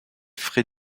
frais